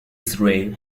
three